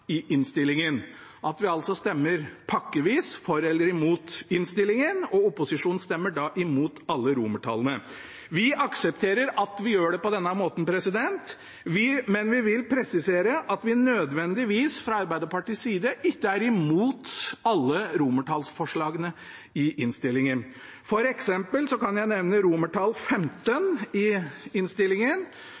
innstillingen – at vi altså stemmer pakkevis for eller imot innstillingen, og opposisjonen stemmer da imot alle romertallene. Vi aksepterer at vi gjør det på denne måten, men vi vil presisere at vi fra Arbeiderpartiets side ikke nødvendigvis er imot alle romertallsforslagene i innstillingen. For eksempel kan jeg nevne XV i innstillingen,